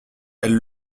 elle